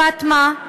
פאטמה,